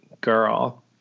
Girl